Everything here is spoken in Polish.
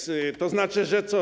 To znaczy, że co?